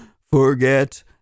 Forget